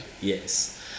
Yes